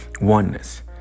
oneness